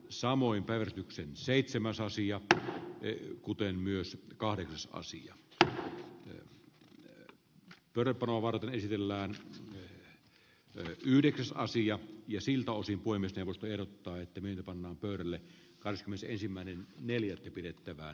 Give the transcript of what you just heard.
samoin pele yksi seitsemän sasi jatkaa yk kuten myös kaarinassa siihen että turpa novartin esitellään ryhdikäs aasian ja siltä osin voimistelusta erottaa että meillä pannaan pöydälle kahdeskymmenesensimmäinen neljättä pidetä vaan